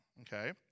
okay